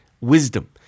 wisdom